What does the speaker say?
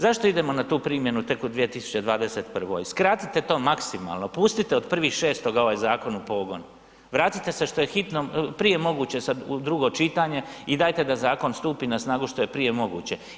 Zašto idemo na tu primjenu tek u 2021., skratite to maksimalno, pustiti od 1.6. ovaj zakon u pogon, vratite se što je prije moguće u drugo čitanje i dajte da zakon stupi na snagu što je prije moguće.